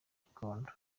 gikondo